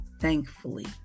thankfully